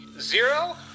Zero